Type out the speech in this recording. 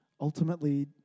ultimately